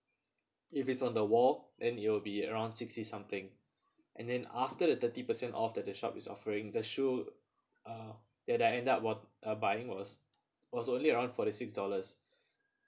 if it's on the wall and it'll be around sixty something and then after the thirty percent off that the the shop is offering the shoe uh that I end up what uh buying was was only around forty six dollars